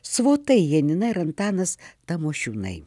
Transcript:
svotai janina ir antanas tamošiūnai